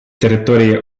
територія